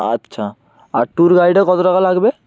আচ্ছা আর ট্যুর গাইডে কত টাকা লাগবে